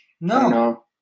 no